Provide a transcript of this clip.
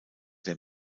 der